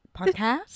podcast